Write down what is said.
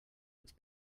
its